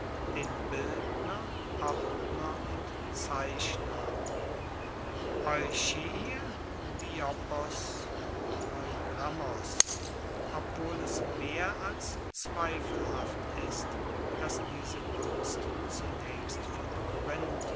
den bildner ordner und zeichner eucheir diopos und eugrammos obwohl es mehr als zweifelhaft ist dass diese kunst zunaechst von